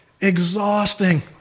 exhausting